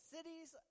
Cities